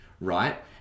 right